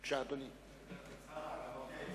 בבקשה, אדוני.